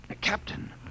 Captain